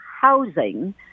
housing